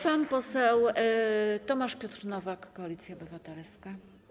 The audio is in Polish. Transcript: Pan poseł Tomasz Piotr Nowak, Koalicja Obywatelska.